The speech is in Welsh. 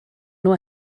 nhw